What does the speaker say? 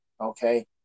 Okay